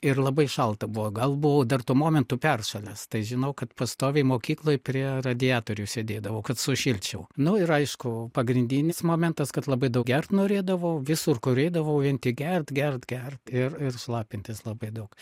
ir labai šalta buvo gal buvau dar tuo momentu peršalęs tai žinau kad pastoviai mokykloj prie radiatorių sėdėdavau kad sušilčiau nu ir aišku pagrindinis momentas kad labai daug gert norėdavau visur kur eidavau vien tik gert gert gert ir ir šlapintis labai daug